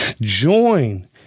Join